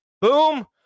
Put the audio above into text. Boom